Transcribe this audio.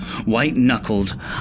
White-knuckled